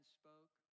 spoke